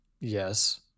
Yes